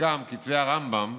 גם כתבי הרמב"ם